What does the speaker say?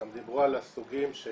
גם דיברו על הסוגים שיש,